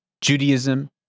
Judaism